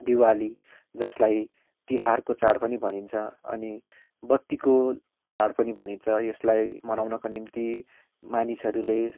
दिवाली जसलाई तिहारको चाड पनि भनिन्छ अनि बत्तीको चाड पनि भनिन्छ यसलाई मनाउनुको निम्ति मानिसहरूले